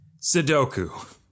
Sudoku